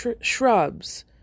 shrubs